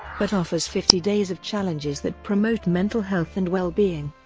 but offers fifty days of challenges that promote mental health and well-being.